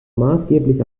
maßgeblich